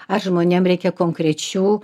aš žmonėm reikia konkrečių